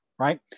Right